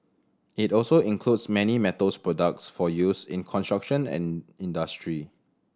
it also includes many metals products for use in construction and industry